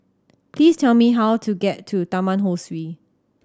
please tell me how to get to Taman Ho Swee